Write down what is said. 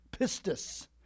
pistis